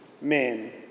men